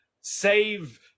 save